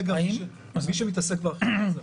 מי שמתעסק כיום באכיפה הם השוטרים.